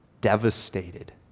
devastated